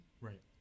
Right